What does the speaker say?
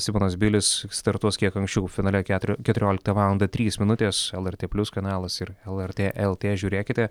simonas bilis startuos kiek anksčiau finale keturio keturioliktą valandą trys minutės lrt plius kanalas ir lrt el t žiūrėkite